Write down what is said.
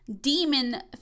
demon